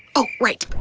oh, right.